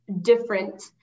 different